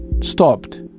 stopped